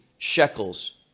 Shekels